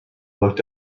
looked